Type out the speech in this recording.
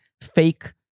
fake